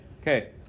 Okay